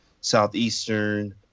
Southeastern